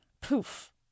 Poof